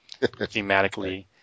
thematically